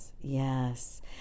yes